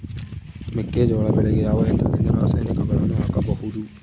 ಮೆಕ್ಕೆಜೋಳ ಬೆಳೆಗೆ ಯಾವ ಯಂತ್ರದಿಂದ ರಾಸಾಯನಿಕಗಳನ್ನು ಹಾಕಬಹುದು?